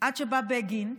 עד שבא בגין,